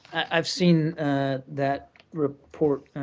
i've seen that report,